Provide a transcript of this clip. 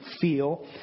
feel